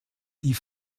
die